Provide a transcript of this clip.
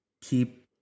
keep